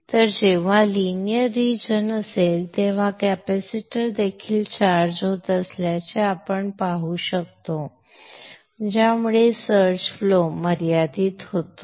तर जेव्हा ते लिनियर रिजन असेल तेव्हा कॅपेसिटर देखील चार्ज होत असल्याचे आपण पाहू शकतो ज्यामुळे सर्ज फ्लो मर्यादित होतो